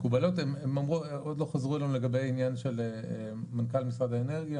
הם עוד לא חזרו אלינו לגבי העניין של מנכ"ל משרד האנרגיה,